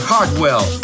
Hardwell